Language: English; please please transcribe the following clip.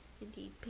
Indeed